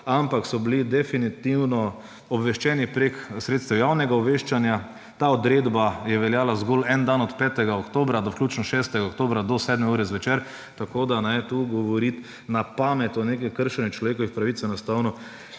ampak so bili definitivno obveščeni prek sredstev javnega obveščanja. Ta odredba je veljala zgolj en dan, od 5. oktobra do vključno 6. oktobra do 7. ure zvečer, tako da tu govoriti na pamet o nekem kršenju človekovih pravic, enostavno